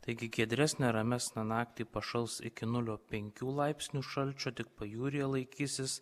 taigi giedresnę ramesnę naktį pašals iki nulio penkių laipsnių šalčio tik pajūryje laikysis